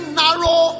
narrow